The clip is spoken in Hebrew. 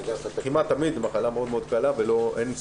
וכמעט תמיד זו מחלה מאוד קלה ואין סיבוכים.